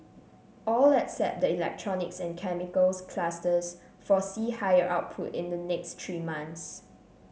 all except the electronics and chemicals clusters foresee higher output in the next three months